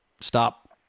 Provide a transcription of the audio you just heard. stop